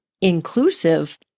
inclusive